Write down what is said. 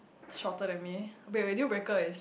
shorter than me wait wait deal breaker is